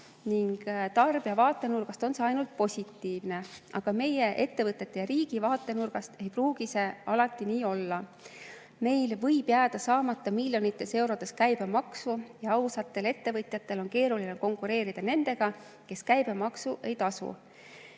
ning tarbija vaatenurgast on see ainult positiivne. Aga meie ettevõtete ja riigi vaatenurgast ei pruugi see alati nii olla. Meil võib jääda saamata miljonites eurodes käibemaksu ja ausatel ettevõtjatel on keeruline konkureerida nendega, kes käibemaksu ei tasu.